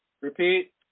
Repeat